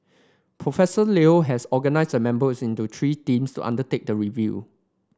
Professor Leo has organised the members into three teams to undertake the review